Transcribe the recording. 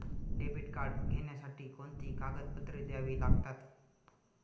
Debit card घेण्यासाठी कोणती कागदपत्रे द्यावी लागतात?